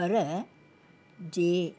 पर जे